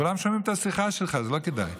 כולם שומעים את השיחה שלך, זה לא כדאי.